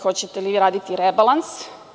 Hoćete li raditi rebalans?